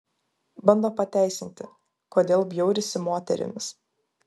bando pateisinti kodėl bjaurisi moterimis